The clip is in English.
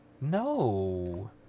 No